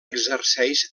exerceix